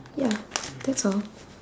ya that's all